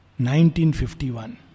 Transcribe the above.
1951